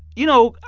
you know,